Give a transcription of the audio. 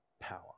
power